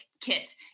Kit